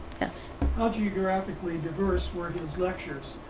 yes. how do you graphically diverse for his lectures?